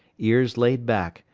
ears laid back,